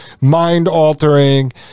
mind-altering